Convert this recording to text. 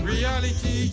Reality